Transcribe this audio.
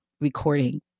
recording